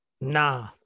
Nah